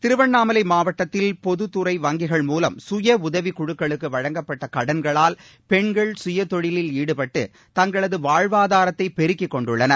திருவண்ணாமலை மாவட்டத்தில் பொதுத்துறை வங்கிகள் மூவம் சுயஉதவி குழுக்களுக்கு வழங்கப்பட்ட கடன்களால் பெண்கள் குயதொழிலில் ஈடுபட்டு தங்களது வாழ்வாதாரத்தை பெருக்கிக் கொண்டுள்ளன்